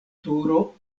turo